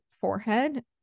forehead-